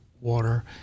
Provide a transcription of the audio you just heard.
water